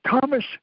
Thomas